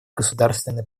государственной